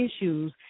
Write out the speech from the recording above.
issues